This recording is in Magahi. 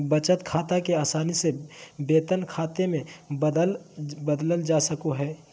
बचत खाते के आसानी से वेतन खाते मे बदलल जा सको हय